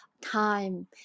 time